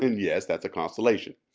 and yes that's a constellation,